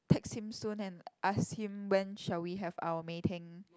text him soon and ask him when shall we have our meeting